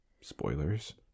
spoilers